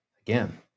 again